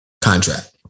contract